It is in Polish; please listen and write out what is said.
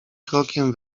krokiem